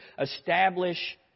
establish